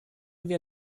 wir